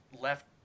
left